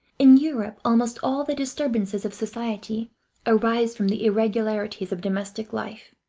in europe almost all the disturbances of society arise from the irregularities of domestic life.